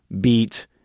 beat